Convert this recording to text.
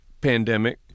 pandemic